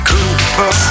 Cooper